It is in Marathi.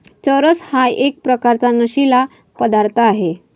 चरस हा एक प्रकारचा नशीला पदार्थ आहे